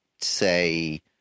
say